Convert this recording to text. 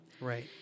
Right